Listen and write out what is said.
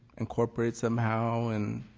incorporate somehow in